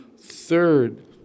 Third